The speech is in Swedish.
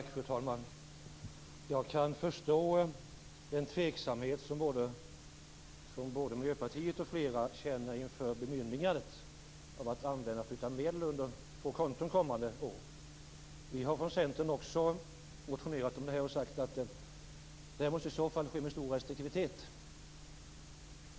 Fru talman! Jag kan förstå den tveksamhet som både Miljöpartiet och flera andra känner inför bemyndigandet att använda sig av medel från två konton under kommande år. Vi har från Centerns sida väckt motioner och sagt att det måste ske med stor restriktivitet.